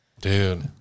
dude